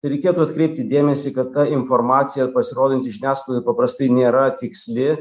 tai reikėtų atkreipti dėmesį kad ta informacija pasirodanti žiniasklaidoje paprastai nėra tiksli